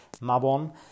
Mabon